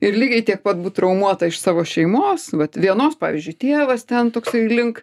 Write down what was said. ir lygiai tiek pat būt traumuota iš savo šeimos vat vienos pavyzdžiui tėvas ten toksai link